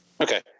Okay